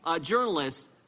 journalists